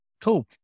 Cool